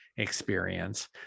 experience